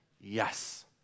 yes